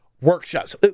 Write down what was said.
workshops